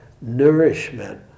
nourishment